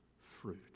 fruit